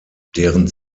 deren